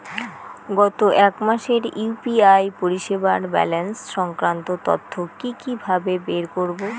গত এক মাসের ইউ.পি.আই পরিষেবার ব্যালান্স সংক্রান্ত তথ্য কি কিভাবে বের করব?